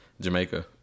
Jamaica